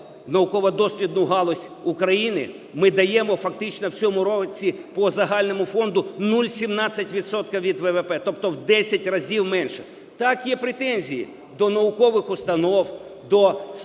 науково-дослідну галузь України, ми даємо фактично у цьому році по загальному фонду 0,17 відсотків від ВВП, тобто в десять разів менше. Так, є претензії до наукових установ, до системи